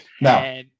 Now